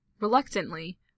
Reluctantly